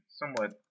somewhat